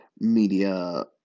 media